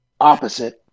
opposite